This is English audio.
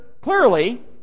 clearly